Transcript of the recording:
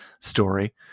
story